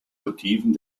motiven